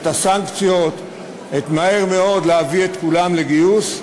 את הסנקציות, מהר מאוד להביא את כולם לגיוס.